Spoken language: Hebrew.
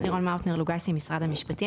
לירון מאוטנר לוגסי, משרד המשפטים.